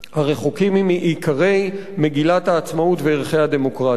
הרחוקים מעיקרי מגילת העצמאות ועיקרי הדמוקרטיה.